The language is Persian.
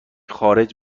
خارج